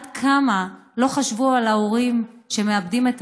עד כמה לא חשבו על ההורים שמאבדים את